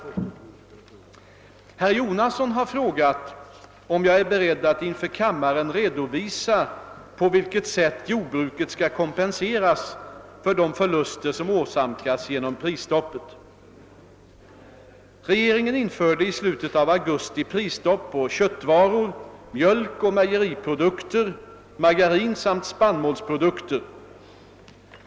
Herr Jonasson har frågat om jag är beredd att inför kammaren redovisa på vilket sätt jordbruket skall kompenseras för de förluster som åsamkas genom prisstoppet. Regeringen införde i slutet av augusti prisstopp på köttvaror, mjölk och mejeriprodukter, margarin samt spannmålsprodukter.